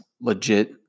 legit